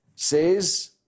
Says